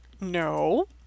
No